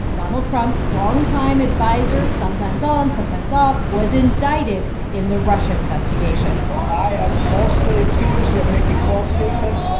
donald trump's longtime adviser sometimes on, sometimes off was indicted in the russia investigation i am falsely accused of making false statements